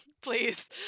Please